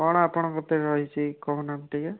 କ'ଣ ଆପଣଙ୍କ ପାଖରେ ରହିଛି କହୁ ନାହାନ୍ତି ଟିକିଏ